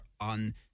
on